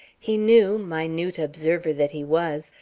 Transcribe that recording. he knew, minute observer that he was,